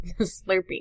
Slurpee